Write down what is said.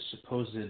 supposed